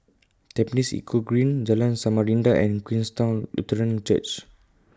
Tampines Eco Green Jalan Samarinda and Queenstown Lutheran Church